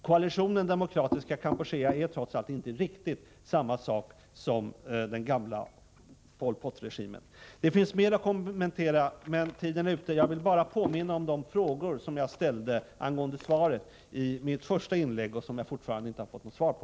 Koalitionen Demokratiska Kampuchea är trots allt inte riktigt samma sak som den gamla Pol Pot-regimen. Det finns mer att kommentera, men tiden är ute. Jag vill bara påminna om de frågor angående interpellationssvaret som jag ställde i mitt första inlägg och som jag fortfarande inte har fått något svar på.